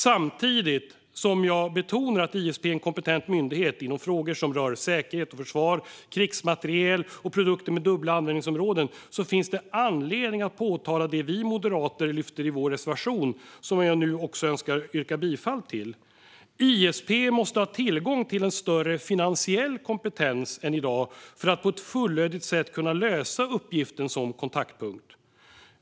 Samtidigt som jag betonar att ISP är en kompetent myndighet inom frågor som rör säkerhet och försvar, krigsmateriel och produkter med dubbla användningsområden finns det anledning att påpeka det vi moderater lyfter i vår reservation, som jag nu också önskar yrka bifall till: ISP måste ha tillgång till en större finansiell kompetens än i dag för att på ett fullödigt sätt kunna lösa uppgiften som kontaktpunkt.